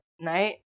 night